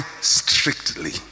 strictly